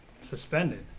suspended